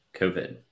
COVID